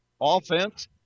offense